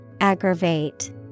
Aggravate